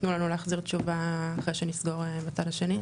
תנו לנו להחזיר תשובה אחרי שנסגור בצד השני.